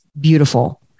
beautiful